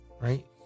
right